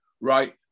right